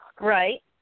Right